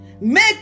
make